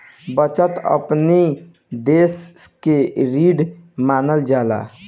बचत अपनी देस के रीढ़ मानल जाला